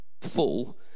full